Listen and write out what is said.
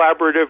collaborative